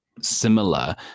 Similar